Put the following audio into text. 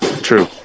true